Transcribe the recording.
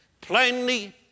plainly